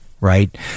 Right